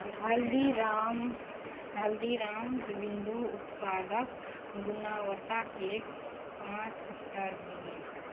हल्दीराम्स हल्दीराम बून्दी उत्पादक गुणवत्ताके पॉँच स्टार दिअ